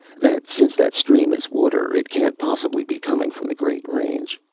that since that stream is water, it can't possibly be coming from the great range?